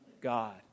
God